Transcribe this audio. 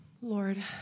Lord